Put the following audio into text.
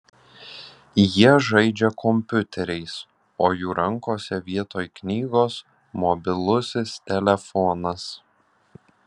jie žaidžia kompiuteriais o jų rankose vietoj knygos mobilusis telefonas